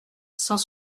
cent